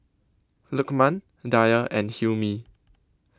Lukman Dhia and Hilmi